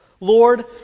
Lord